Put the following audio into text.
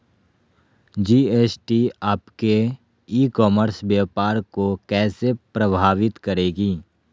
GST आपके e commerce व्यापार को कैसे प्रभावित करेगी?